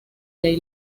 ley